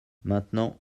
maintenant